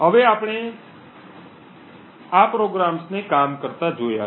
હવે આપણે આ પ્રોગ્રામ્સને કામ કરતા જોયા છે